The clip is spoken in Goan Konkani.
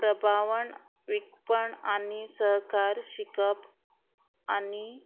प्रभावण विकपण आनी सहकार शिकप आनी